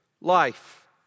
life